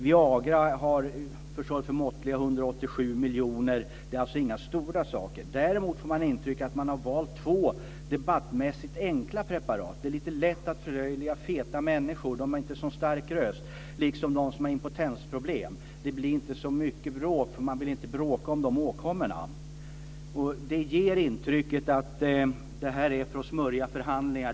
Viagra har stått för måttliga 187 miljoner. Det är alltså inga stora summor. Däremot får man intrycket att två debattmässigt enkla preparat har valts. Det är lite lätt att förlöjliga feta människor - de har inte så stark röst - liksom de som har impotensproblem. Det blir inte så mycket bråk, för man vill inte bråka om dessa åkommor. Det ger intrycket att beslutet är till för att smörja inför förhandlingar.